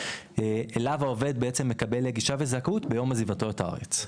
שאליו העובד מקבל גישה וזכאות ביום עזיבתו את הארץ.